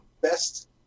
best